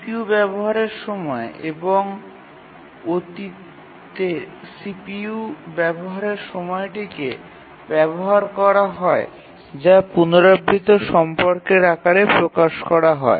CPU ব্যবহারের সময় এবং অতীতের CPU সময়টিকে ব্যবহার করা হয় যা পুনরাবৃত্ত সম্পর্কের আকারে প্রকাশ করা হয়